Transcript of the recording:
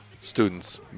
students